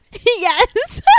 yes